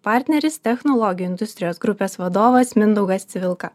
partneris technologijų industrijos grupės vadovas mindaugas civilka